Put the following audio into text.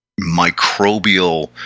microbial